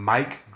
Mike